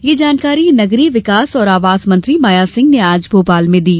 ये जानकारी नगरीय विकास और आवास मंत्री माया सिंह ने आज भोपाल में दी